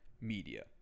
media